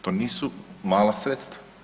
To nisu mala sredstva.